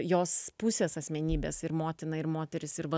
jos pusės asmenybės ir motina ir moteris ir